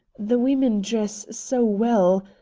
the women dress so well.